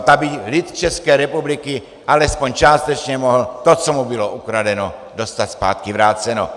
Aby lid České republiky alespoň částečně mohl to, co mu bylo ukradeno, dostat zpátky vráceno.